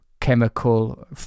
chemical